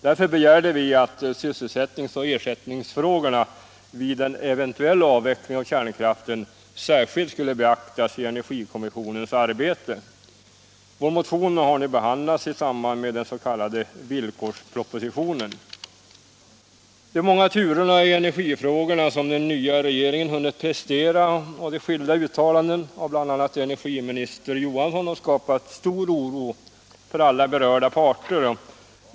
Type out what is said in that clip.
Därför begärde vi att sysselsättningsoch ersättningsfrågorna vid en eventuell avveckling av kärnkraften särskilt skulle beaktas vid energikommissionens arbete. Vår motion har nu behandlats i samband med den s.k. villkorspropositionen. De många turerna i energifrågorna som den nya regeringen har hunnit prestera och de skilda uttalandena av bl.a. energiminister Johansson har skapat stor oro för alla berörda parter.